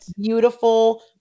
beautiful